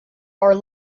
are